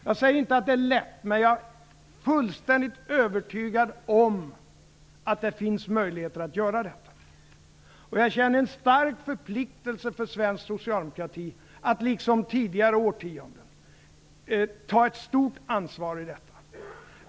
Jag säger inte att det är lätt, men jag är fullständigt övertygad om att det finns möjligheter att göra detta. Jag känner en stark förpliktelse för svensk socialdemokrati att, liksom tidigare årtionden, ta ett stort ansvar i detta avseende.